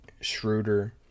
Schroeder